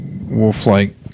wolf-like